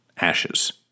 Ashes